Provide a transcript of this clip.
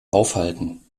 aufhalten